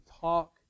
talk